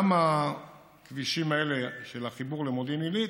גם הכבישים האלה, של החיבור למודיעין עילית,